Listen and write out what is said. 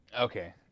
Okay